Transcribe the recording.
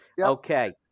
Okay